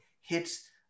hits